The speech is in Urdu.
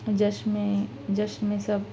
جشن میں جشن میں سب